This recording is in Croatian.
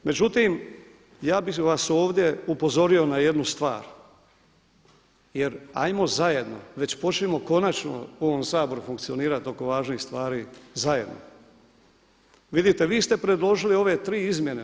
Međutim ja bih vas ovdje upozorio na jednu stvar jer ajmo zajedno već počnimo konačno u ovom Saboru funkcionirati oko važnih stvari zajedno, vidite, vi ste predložili ove tri izmjene.